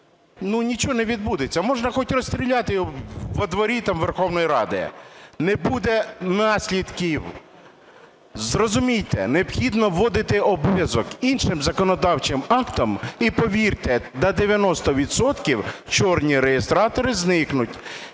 нічого не відбудеться. Можна хоч розстріляти його у дворі Верховної Ради, не буде наслідків. Зрозумійте, необхідно вводити обов'язок іншим законодавчим актом, і, повірте, на 90 відсотків "чорні" реєстратори зникнуть